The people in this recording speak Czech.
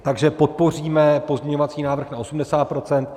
Takže podpoříme pozměňovací návrh na 80 %.